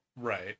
Right